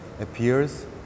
appears